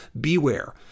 beware